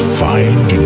find